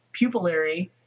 pupillary